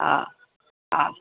हा हा